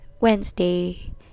Wednesday